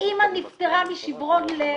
האם נפטרה משברון לב,